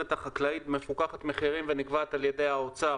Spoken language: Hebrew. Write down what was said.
החקלאית מפוקחת מחירים ונקבעת על ידי האוצר?